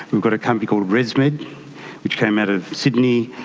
we've got a company called resmed which came out of sydney,